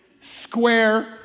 square